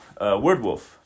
Wordwolf